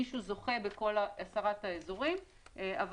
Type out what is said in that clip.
מישהו זוכה בכל עשרת האזורים אבל